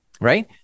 Right